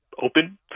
open